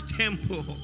temple